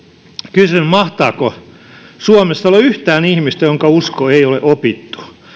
kysyn mahtaako suomessa olla yhtään ihmistä jonka usko ei ole opittu